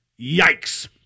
Yikes